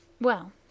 Well